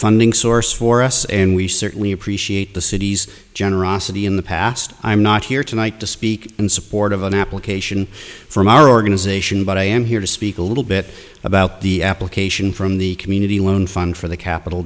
funding source for us and we certainly appreciate the city's generosity in the past i'm not here tonight to speak in support of an application from our organization but i am here to speak a little bit about the application from the community loan fund for the capital